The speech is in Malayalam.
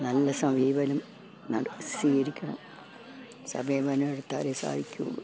നല്ല സമീപനം നട സ്വീകരിക്കണം സമീപനം എടുത്താലെ സാധിക്കുകയുള്ളൂ